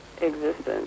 existence